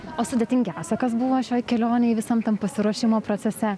o sudėtingiausia kas buvo šioj kelionėj visam tam pasiruošimo procese